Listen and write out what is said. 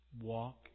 walk